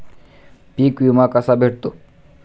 पीक विमा कसा भेटतो?